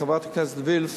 חברת הכנסת וילף: